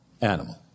animal